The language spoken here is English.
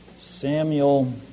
Samuel